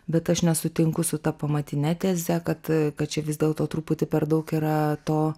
bet aš nesutinku su ta pamatine teze kad kad čia vis dėlto truputį per daug yra to